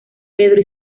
pedro